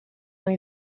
ohi